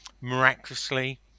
miraculously